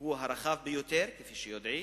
הוא הרחב ביותר, כפי שיודעים.